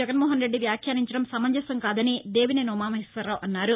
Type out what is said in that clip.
జగన్మోహనరెడ్డి వ్యాఖ్యానించడం సమంజసం కాదని దేవినేని ఉమామహేశ్వరరావు అన్నారు